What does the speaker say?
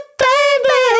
baby